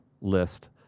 list